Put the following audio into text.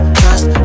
trust